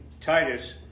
Titus